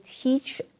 teach